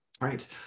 right